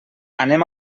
anem